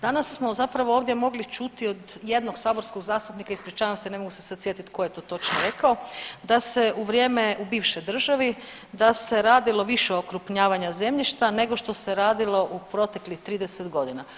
Danas smo zapravo ovdje mogli čuti od jednog saborskog zastupnika, ispričavam se ne mogu se sad sjetiti ko je to točno rekao, da se u vrijeme i bivšoj državi da se radilo više okrupnjavanja zemljišta nego što se radilo u proteklih 30 godina.